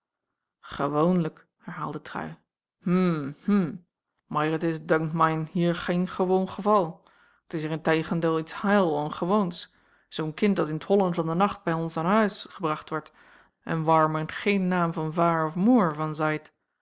gewoonlijk herhaalde trui hm hm mair het is dunkt main hier gein gewoon geval t is hier in teigendeil iets heil ongewoons zoôn kind dat in t holle van de nacht bij ons a'n huis gebracht wordt en wair m'n geen naam van vaêr of moêr van zait